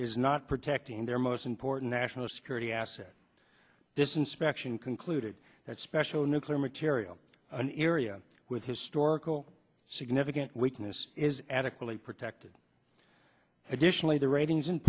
is not protecting their most important national security asset this inspection concluded that special nuclear material an area with historical significant weakness is adequately protected additionally the ratings